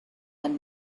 one